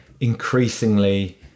increasingly